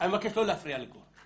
אני מבקש לא להפריע לגור.